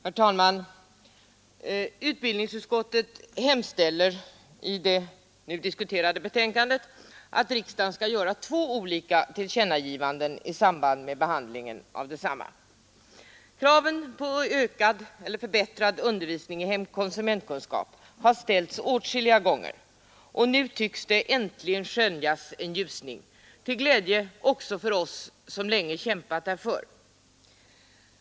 Herr talman! Utbildningsutskottet hemställer i betänkande nr 75 att riksdagen skall göra två olika tillkännagivanden i samband med behandlingen av betänkandet. Kraven på förbättrad undervisning i konsumentkunskap har ställts åtskilliga gånger. Nu tycks det äntligen skönjas en ljusning, till glädje också för oss som länge kämpat för den.